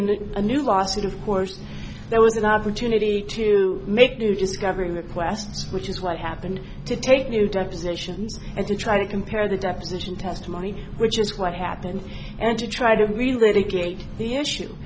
in a new lawsuit of course there was an opportunity to make new discovery requests which is what happened to take new depositions and to try to compare the deposition testimony which is what happened and to try to really create the issue